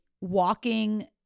walking